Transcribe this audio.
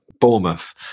Bournemouth